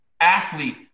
athlete